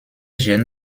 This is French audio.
gène